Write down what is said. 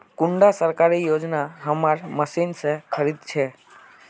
कुंडा सरकारी योजना हमार मशीन से खरीद छै?